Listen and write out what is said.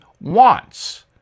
wants